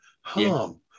harm